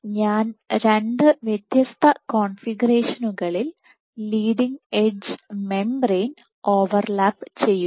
ഞാൻ രണ്ട് വ്യത്യസ്ത കോൺഫിഗറേഷനുകളിൽ ലീഡിങ് എഡ്ജ് മെംബ്രേൻ ഓവർലാപ്പ് ചെയ്യുന്നു